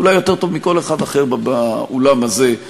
אולי יותר טוב מכל אחד אחר באולם הזה,